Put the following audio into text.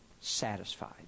satisfied